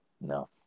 no